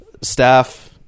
Staff